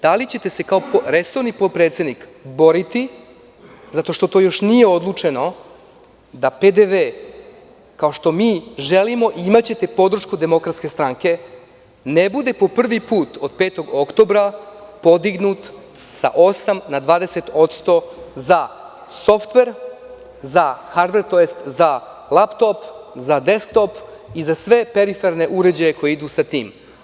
Da li će te se kao resorni potpredsednik boriti, zato što to još nije odlučeno da PDV, kao što mi želimo, imaćete podršku DS, ne bude po prvi put od 5. oktobra podignut sa 8 na 20% za softver, za hardver tj. za lap top, za desk top i za sve periferne uređaje koji idu sa tim.